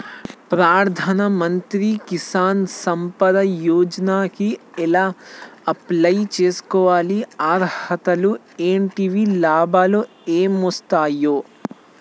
ప్రధాన మంత్రి కిసాన్ సంపద యోజన కి ఎలా అప్లయ్ చేసుకోవాలి? అర్హతలు ఏంటివి? లాభాలు ఏమొస్తాయి?